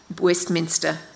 Westminster